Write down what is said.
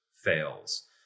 fails